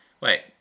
Wait